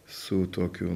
su tokiu